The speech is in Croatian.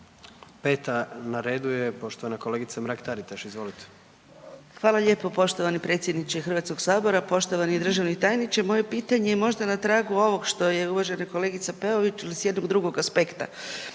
Peta na redu je poštovana kolegica Mrak Taritaš. Izvolite. **Mrak-Taritaš, Anka (GLAS)** Hvala lijepo poštovani predsjedniče Hrvatskog sabora. Poštovani državni tajniče moje pitanje je možda na tragu ovog što je uvažena kolegica Peović ali s jednog drugog aspekta.